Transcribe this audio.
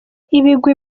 ibigwi